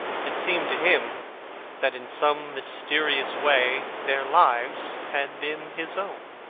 it seemed to him that in some mysterious way their lives had been his own.